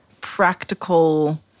practical